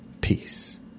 peace